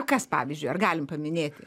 kas pavyzdžiui ar galim paminėti